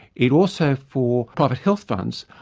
it also, for private health funds,